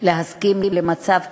להסכים למצב כזה,